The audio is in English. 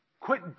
Quit